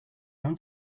come